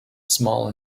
small